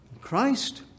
Christ